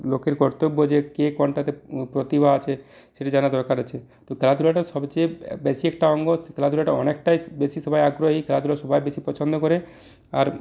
লোকের কর্তব্য যে কে কোনটাতে প্রতিভা আছে সেটি জানাটা দরকার আছে তো খেলাধুলাটা সবচেয়ে বেশি একটা অঙ্গ খেলাধুলাটা অনেকটাই বেশি সবাই আগ্রহী খেলাধুলা সবাই বেশি পছন্দ করে আর